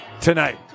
tonight